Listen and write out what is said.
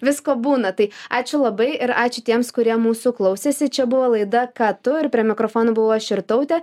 visko būna tai ačiū labai ir ačiū tiems kurie mūsų klausėsi čia buvo laida ką tu ir prie mikrofono buvau aš irtautė